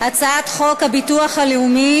אני אקריא את שם החוק: הצעת חוק שירותי הסעד (תיקון,